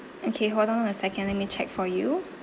okay hold on a second let me check for you